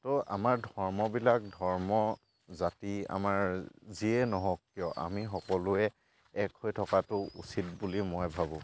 তো আমাৰ ধৰ্মবিলাক ধৰ্ম জাতি আমাৰ যিয়ে নহওক কিয় আমি সকলোৱে এক হৈ থকাতো উচিত বুলি মই ভাবোঁ